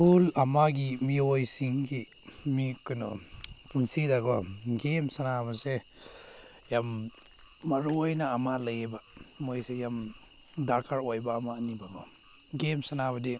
ꯈꯨꯜ ꯑꯃꯒꯤ ꯃꯤꯑꯣꯏꯁꯤꯡꯒꯤ ꯃꯤ ꯀꯩꯅꯣ ꯄꯨꯟꯁꯤꯗꯀꯣ ꯒꯦꯝ ꯁꯥꯟꯅꯕꯁꯦ ꯌꯥꯝ ꯃꯔꯨ ꯑꯣꯏꯅ ꯑꯃ ꯂꯩꯌꯦꯕ ꯃꯣꯏꯁꯦ ꯌꯥꯝ ꯗꯔꯀꯥꯔ ꯑꯣꯏꯕ ꯑꯃꯅꯤꯕꯀꯣ ꯒꯦꯝ ꯁꯥꯟꯅꯕꯗꯤ